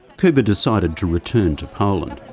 kuba decided to return to poland.